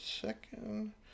second